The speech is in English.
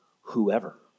whoever